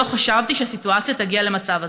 לא חשבתי שהסיטואציה תגיע למצב הזה.